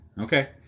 Okay